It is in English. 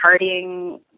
partying